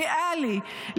ריאלי,